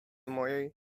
mojej